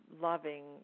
loving